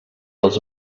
els